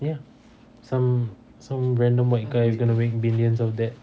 ya some some random white guy gonna make billions out of that